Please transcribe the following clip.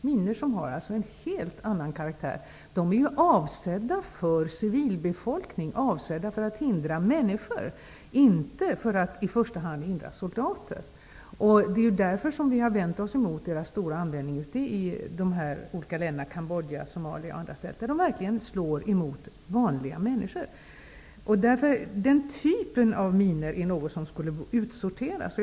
Minorna är av en helt annan karaktär. De är ju avsedda för civilbefolkning, dvs. för att hindra människor och inte soldater. Det är därför vi har vänt oss mot användandet i Cambodja, Somalia och andra länder, där de verkligen slår mot vanliga människor. Den typen av minor borde utsorteras.